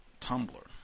Tumblr